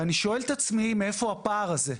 אני שואל את עצמי מאיפה הפער הזה.